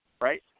Right